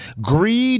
Greed